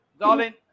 darling